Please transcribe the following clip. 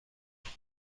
حاال